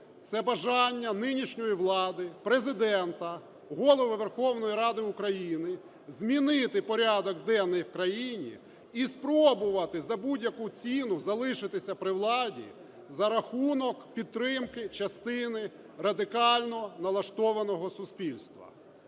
це бажання нинішньої влади, Президента, Голови Верховної Ради України змінити порядок денний в країні і спробувати за будь-яку ціну залишитися при владі за рахунок підтримки частини радикально налаштованого суспільства.